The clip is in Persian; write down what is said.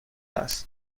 است